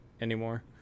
anymore